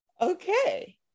Okay